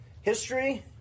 history